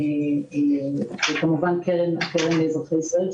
וכמובן הקרן לאזרחי ישראל,